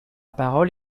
parole